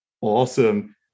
Awesome